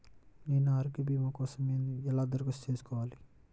నేను ఆరోగ్య భీమా కోసం ఎలా దరఖాస్తు చేసుకోవాలి?